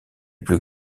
plus